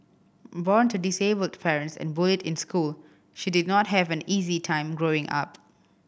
born to disabled parents and bullied in school she did not have an easy time growing up